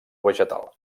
vegetal